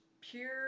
pure